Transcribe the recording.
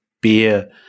beer